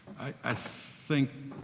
i think,